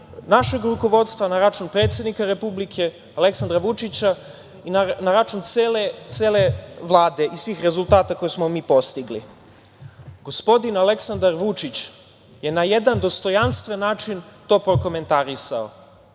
našeg rukovodstva, na račun predsednika Republike Aleksandra Vučića i na račun cele Vlade i svih rezultata koje smo mi postigli. Gospodin Aleksandar Vučić je na jedan dostojanstven način to prokomentarisao